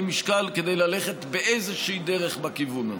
משקל כדי ללכת באיזושהי דרך בכיוון הזה.